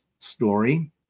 story